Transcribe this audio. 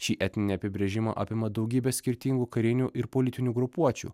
ši etninį apibrėžimą apima daugybė skirtingų karinių ir politinių grupuočių